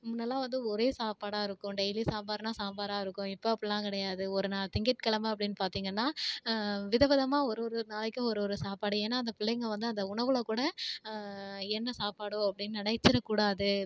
முன்னெல்லாம் வந்து ஒரே சாப்பாடா இருக்கும் டெய்லி சாம்பார்னால் சாம்பாராக இருக்கும் இப்போ அப்படில்லாம் கிடையாது ஒரு நாள் திங்கட்கிழமை அப்படின்னு பார்த்தீங்கன்னா விதவிதமா ஒரு ஒரு நாளைக்கும் ஒரு ஒரு சாப்பாடு ஏன்னால் அந்த பிள்ளைங்கள் வந்து அந்த உணவில் கூட என்ன சாப்பாடோ அப்படின்னு நினைச்சிடக்கூடாது